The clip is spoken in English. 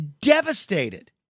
devastated